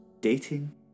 dating